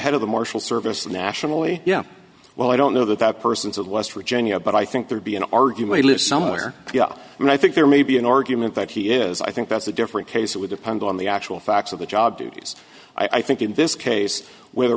head of the marshal service nationally yeah well i don't know that person's of west virginia but i think there'd be an argument to live somewhere and i think there may be an argument that he is i think that's a different case it would depend on the actual facts of the job duties i think in this case where there